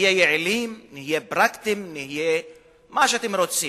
נהיה יעילים, נהיה פרקטיים, נהיה מה שאתם רוצים,